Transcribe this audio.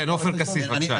עופר כסיף, בבקשה.